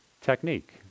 technique